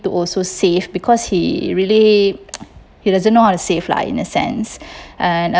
to also save because he really he doesn't know how to save lah in a sense and